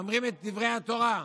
ממרים את דברי התורה.